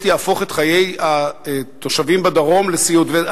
יהפוך את חיי התושבים בדרום לסיוט.